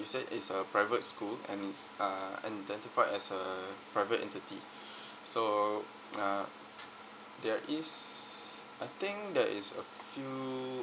you said it's a private school and it's uh identified as a private entity so uh there is I think there is a few